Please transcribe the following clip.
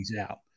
out